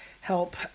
help